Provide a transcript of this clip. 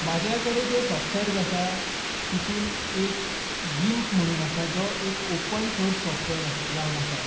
म्हाज्या कडेन जे सॉफ्टवॅर्स आसा तेतूंत एक गीम्प म्हणून आसा जो ऑपन सॉर्स सॉफ्टवॅर जावन आसा